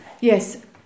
Yes